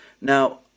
now